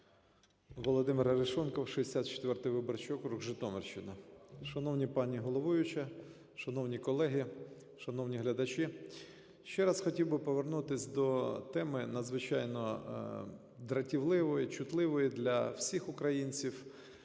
Володимир Арешонков, 64 виборчий округ, Житомирщина. Шановна пані головуюча, шановні колеги, шановні глядачі! Ще раз хотів би повернутись до теми надзвичайно дратівливою, чутливою для всіх українців,